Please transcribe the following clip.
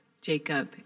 Jacob